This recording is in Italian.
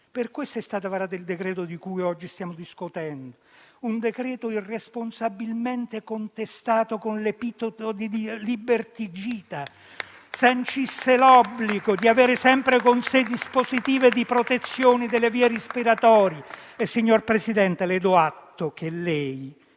Per questo è stato varato il decreto-legge di cui oggi stiamo discutendo: un provvedimento irresponsabilmente contestato con l'epiteto «liberticida», perché sancisce l'obbligo di avere sempre con sé dispositivi di protezione delle vie respiratorie - signor Presidente, le do atto che ci